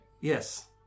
Yes